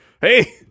hey